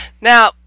Now